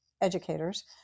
educators